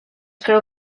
creu